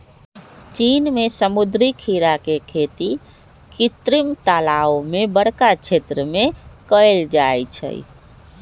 चीन में समुद्री खीरा के खेती कृत्रिम तालाओ में बरका क्षेत्र में कएल जाइ छइ